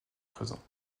présents